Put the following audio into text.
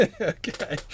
Okay